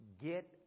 Get